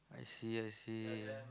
I see I see